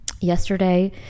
Yesterday